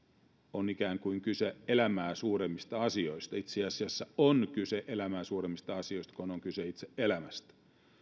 on ikään kuin kyse elämää suuremmista asioista itse asiassa on kyse elämää suuremmista asioista kun on kyse itse elämästä